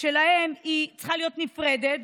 שלהם צריכה להיות נפרדת,